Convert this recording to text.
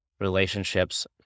relationships